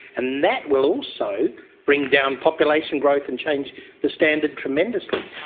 and that will also bring down population growth and change the standard tremendously.